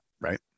right